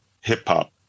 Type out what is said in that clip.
hip-hop